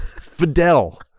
Fidel